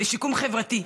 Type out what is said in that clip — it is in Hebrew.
לשיקום חברתי,